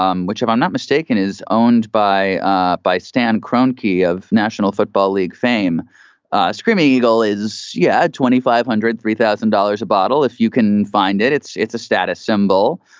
um which if i'm not mistaken, is owned by ah by stan croaky of national football league fame screaming eagle is yeah. twenty five hundred three thousand dollars a bottle if you can find it. it's it's a status symbol.